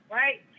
right